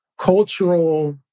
cultural